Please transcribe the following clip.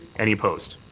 any opposed?